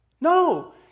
No